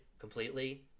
completely